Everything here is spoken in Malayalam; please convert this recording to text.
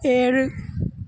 ഏഴ്